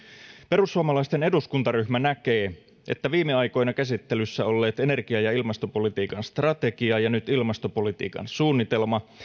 perussuomalaisten eduskuntaryhmä näkee että viime aikoina käsittelyssä olleet energia ja ilmastopolitiikan strategia ja nyt ilmastopolitiikan suunnitelma